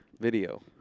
video